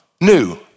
new